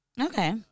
Okay